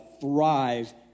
thrive